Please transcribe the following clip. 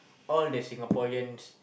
all the Singaporeans